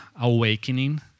awakening